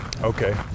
Okay